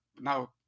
now